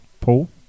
Paul